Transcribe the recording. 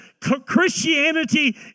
Christianity